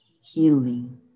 healing